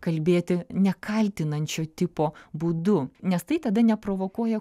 kalbėti nekaltinančio tipo būdu nes tai tada neprovokuoja